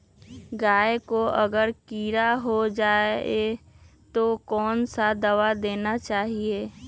गाय को अगर कीड़ा हो जाय तो कौन सा दवा देना चाहिए?